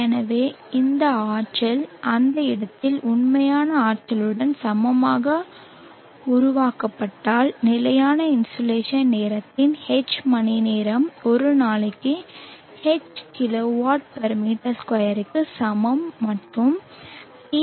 எனவே இந்த ஆற்றல் அந்த இடத்தின் உண்மையான ஆற்றலுடன் சமமாக உருவாக்கப்பட்டால் நிலையான இன்சோலேஷன் நேரத்தின் H மணிநேரம் ஒரு நாளைக்கு H kW m2 க்கு சமம் மற்றும் பி